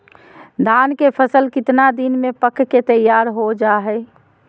धान के फसल कितना दिन में पक के तैयार हो जा हाय?